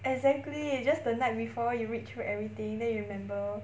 exactly just the night before you read through for everything then you remember